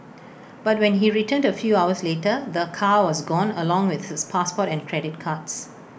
but when he returned A few hours later the car was gone along with his passport and credit cards